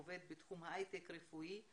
עובד בתחום ההיי-טק הרפואי.